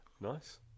Nice